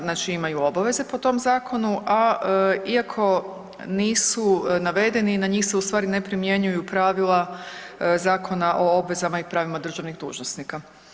Znači imaju obaveze po tom zakonu, a iako nisu navedeni na njih se u stvari ne primjenjuju pravila Zakona o obvezama i pravima državnih dužnosnika.